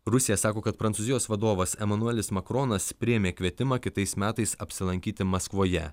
rusija sako kad prancūzijos vadovas emanuelis makronas priėmė kvietimą kitais metais apsilankyti maskvoje